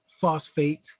phosphate